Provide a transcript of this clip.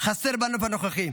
חסר בנוף הנוכחי.